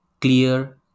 clear